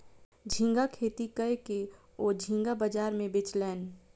झींगा खेती कय के ओ झींगा बाजार में बेचलैन